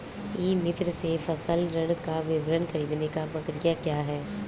ई मित्र से फसल ऋण का विवरण ख़रीदने की प्रक्रिया क्या है?